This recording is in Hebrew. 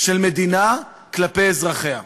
של מדינה כלפי אזרחיה.